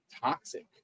toxic